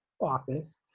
office